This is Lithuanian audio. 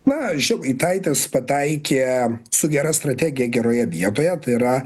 na žemaitaitis pataikė su gera strategija geroje vietoje tai yra